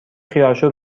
خیارشور